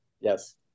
Yes